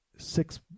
Six